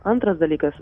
antras dalykas